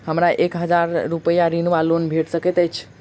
हमरा एक हजार रूपया ऋण वा लोन भेट सकैत अछि?